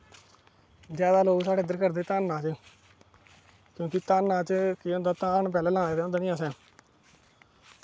जैदातर लोग इद्धर करदे धानै च कि केह् धान पैह्लैं लाए दे होंदे नी असैं